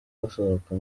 basohoka